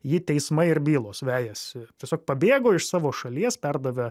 jį teismai ir bylos vejasi tiesiog pabėgo iš savo šalies perdavė